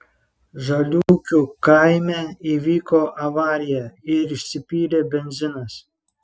žaliūkių kaime įvyko avarija ir išsipylė benzinas